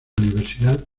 universidad